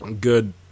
good